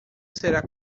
será